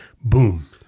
boom